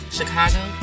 Chicago